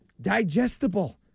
digestible